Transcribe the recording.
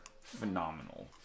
phenomenal